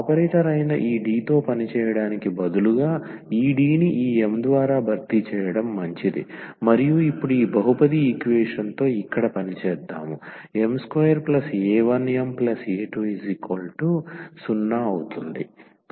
operator అయిన ఈ D తో పనిచేయడానికి బదులుగా ఈ D ని ఈ m ద్వారా భర్తీ చేయడం మంచిది మరియు ఇప్పుడు ఈ బహుపది ఈక్వేషన్ తో ఇక్కడ పని చేద్దాం m2a1ma20